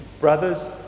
brother's